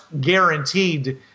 guaranteed